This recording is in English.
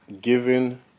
given